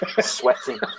Sweating